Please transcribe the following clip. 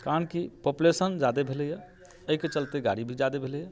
कारण की पोपुलेशन जादे भेलैया एहिके चलते गाड़ी भी जादे भेलैया